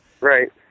right